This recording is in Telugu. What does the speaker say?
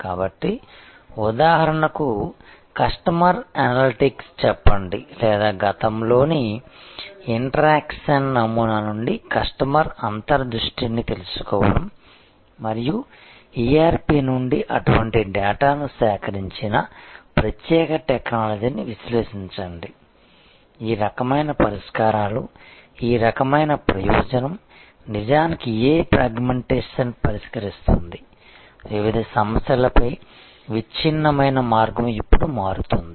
కాబట్టి ఉదాహరణకు కస్టమర్ ఎనలిటిక్స్ చెప్పండి లేదా గతంలోని ఇంటరాక్షన్ నమూనా నుండి కస్టమర్ అంతర్దృష్టిని తెలుసుకోవడం మరియు ERP నుండి అటువంటి డేటాను సేకరించిన ప్రత్యేక టెక్నాలజీని విశ్లేషించండి ఈ రకమైన పరిష్కారాలు ఈ రకమైన ప్రయోజనం నిజానికి ఏ ఫ్రాగ్మెంటేషన్ పరిష్కరిస్తుంది వివిధ సమస్యలపై విచ్ఛిన్నమైన మార్గం ఇప్పుడు మారుతోంది